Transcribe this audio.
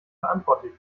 verantwortlich